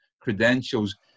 credentials